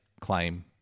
claim